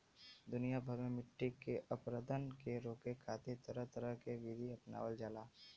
दुनिया भर में मट्टी के अपरदन के रोके खातिर तरह तरह के विधि अपनावल जाला